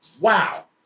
Wow